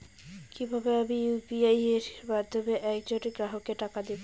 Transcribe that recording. কিভাবে আমি ইউ.পি.আই এর মাধ্যমে এক জন গ্রাহককে টাকা দেবো?